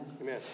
Amen